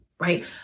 right